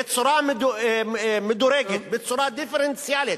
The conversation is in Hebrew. בצורה מדורגת, בצורה דיפרנציאלית,